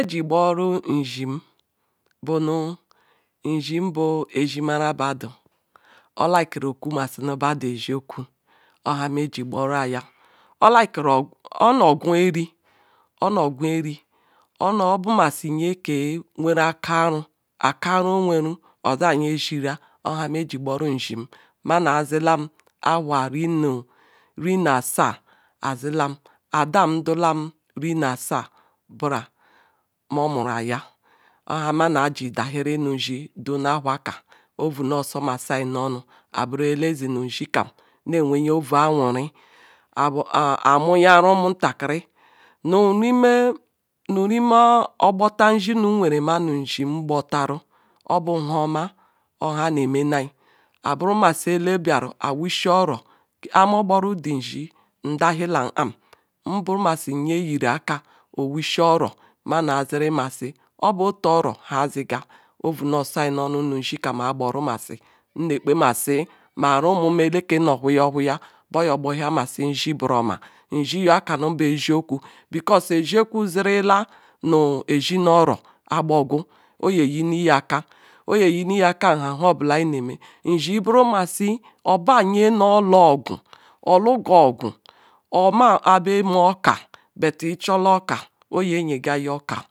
Nhemeji gbooo nzim bunu nzu bu ezimona budu orlikiri ekwumusnu budu eziokwu orliki ogwu oma-agwu emi onabamasina nyewere akah aru oweru oza nyeziria ohah mere meh ji gboro nzim munam zilam Ahua iri ni asah adam dulam iri-na-sah moh muru-ayah orhamanaji dahere nuji duna ahuah kah ova nasoh masia nonu ayiburu ele zinu ndi cam weya wu awuri ah abu amuyala umu ntakari nukmeh ogbor cha mini nwere mumu nzim gbitaya obu nhoma obu nheha neh mene-ayi abunu masi ele-bayaru ayi wushi oro eh moh ghoro the nzim dahila-arm but njim mekaokah munu nne kpemasi mah ornu gboryamsi ndi ndi bah kani bah ezirkaru because ezirkwu because eziokwu zirla na ezi nu-wo ayi gboogu oneh eyini akah oneh eyini akah nu nheni nhobula meh meh ndi bu masi oba nye na lu ogonu ojiuga ogwu oma-bah beh emeh oka but echola okah eje nyega okah